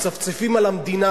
מצפצפים על המדינה,